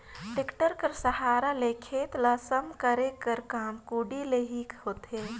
tractor कर सहारा ले खेत ल सम करे कर काम कोड़ी ले ही होथे